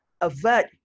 avert